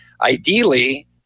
Ideally